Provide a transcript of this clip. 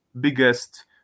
biggest